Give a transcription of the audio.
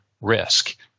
risk